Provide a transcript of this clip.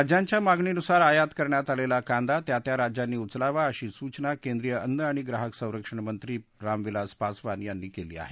राज्यांच्या मागणीनुसार आयात करण्यात आलेला कांदा त्या त्या राज्यांनी उचलावा अशी सुचना केंद्रीय अन्न आणि ग्राहक संरक्षण मंत्री रामविलास पासवान यांनी केली आहे